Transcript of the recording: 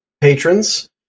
patrons